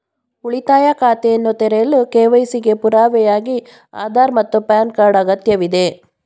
ಉಳಿತಾಯ ಖಾತೆಯನ್ನು ತೆರೆಯಲು ಕೆ.ವೈ.ಸಿ ಗೆ ಪುರಾವೆಯಾಗಿ ಆಧಾರ್ ಮತ್ತು ಪ್ಯಾನ್ ಕಾರ್ಡ್ ಅಗತ್ಯವಿದೆ